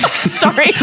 Sorry